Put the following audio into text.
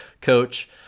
coach